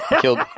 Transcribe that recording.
killed